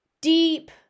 deep